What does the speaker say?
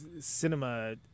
cinema